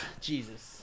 jesus